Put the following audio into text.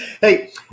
Hey